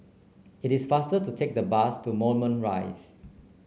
it is faster to take the bus to Moulmein Rise